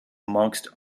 amongst